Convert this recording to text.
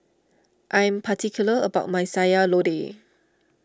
I am particular about my Sayur Lodeh